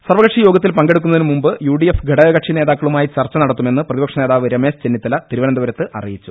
സർവക ക്ഷി യോ ഗ ത്തിൽ പങ്കെ ടു ക്കു ന്ന തിന് മുമ്പ് യു ഡി എഫ് ഘടകക്ഷി നേതാക്കളുമായി ചർച്ച നടത്തു മെന്ന് പ്രതിപക്ഷനേതാവ് രമേശ് ചെന്നിത്തല തിരുവനന്തപുരത്ത് അറിയിച്ചു